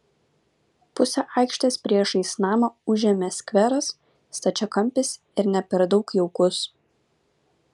pusę aikštės priešais namą užėmė skveras stačiakampis ir ne per daug jaukus